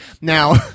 Now